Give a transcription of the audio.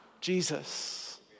Jesus